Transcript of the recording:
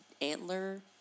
antler